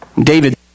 David